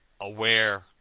aware